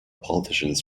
politicians